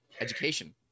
education